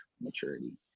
maturity